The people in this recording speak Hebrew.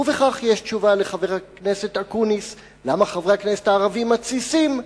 ובכך יש תשובה לחבר הכנסת אקוניס למה חברי הכנסת הערבים מתסיסים,